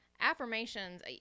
Affirmations